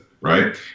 right